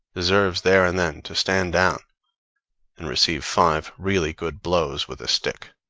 deserves there and then to stand down and receive five really good blows with a stick.